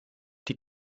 die